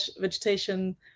vegetation